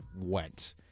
went